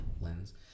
lens